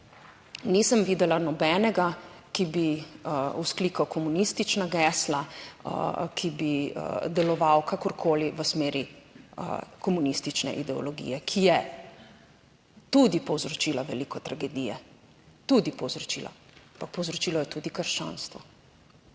nisem videla nobenega, ki bi vzklikal komunistična gesla, ki bi deloval kakorkoli v smeri komunistične ideologije, ki je tudi povzročila veliko tragedije, tudi povzročila, pa povzročilo je tudi krščanstvo.